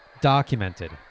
Documented